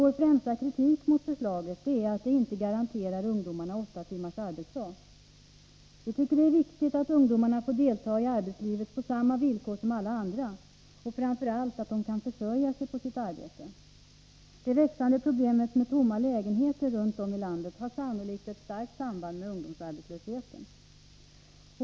Vår främsta kritik mot förslaget är att det inte garanterar ungdomarna åtta timmars arbetsdag. Vi anser att det är viktigt att ungdomarna får delta i arbetslivet på samma villkor som alla andra och framför allt att de kan försörja sig på sitt arbete. Det växande problemet med tomma lägenheter runt om i landet har sannolikt ett starkt samband med ungdomsarbetslösheten.